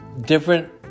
different